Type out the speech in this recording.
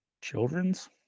Children's